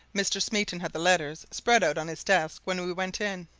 mr. smeaton had the letters spread out on his desk when we went in,